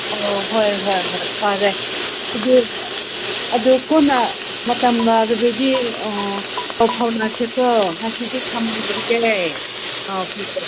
ꯑꯣ ꯍꯣꯏ ꯍꯣꯏ ꯍꯣꯏ ꯐꯔꯦ ꯑꯗꯨ ꯑꯗꯨ ꯀꯣꯟꯅ ꯃꯇꯝ ꯂꯩꯔꯕꯗꯤ ꯄꯥꯎ ꯐꯥꯎꯅꯁꯤꯀꯣ ꯉꯁꯤꯗꯤ ꯊꯝꯈ꯭ꯔꯒꯦ ꯑꯥ